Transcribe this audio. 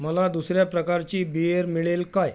मला दुसऱ्या प्रकारची बिअर मिळेल काय